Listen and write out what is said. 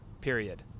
period